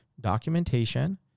documentation